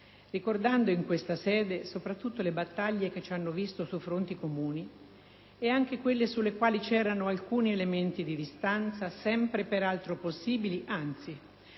ricordando in questa sede soprattutto le battaglie che ci hanno visto su fronti comuni e anche quelle sulle quali vi erano alcuni elementi di distanza, sempre peraltro possibili e, anzi,